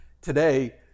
today